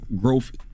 growth